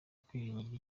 kwigirira